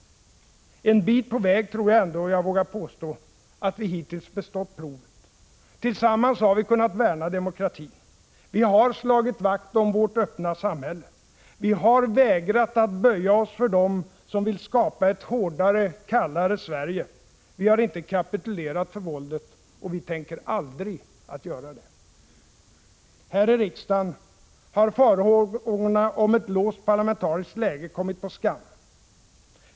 En bit på väg tror jag ändå jag vågar påstå att vi hittills bestått provet. Tillsammans har vi kunnat värna demokratin. Vi har slagit vakt om vårt öppna samhälle. Vi har vägrat böja oss för dem som vill skapa ett hårdare, kallare Sverige. Vi har inte kapitulerat för våldet — och vi tänker aldrig göra det. Här i riksdagen har farhågorna för ett låst parlamentariskt läge kommit på skam.